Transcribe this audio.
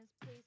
please